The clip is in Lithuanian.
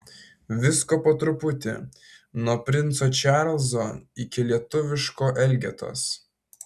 visko po truputį nuo princo čarlzo iki lietuviško elgetos